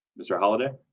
mr. holiday?